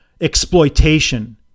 exploitation